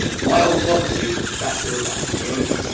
my old boss, he was a professor of epidemiology,